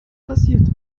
passiert